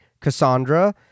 Cassandra